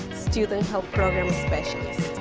student health program specialist.